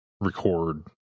record